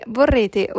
vorrete